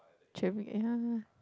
cherry ya